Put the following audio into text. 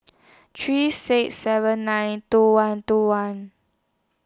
three six seven nine two one two one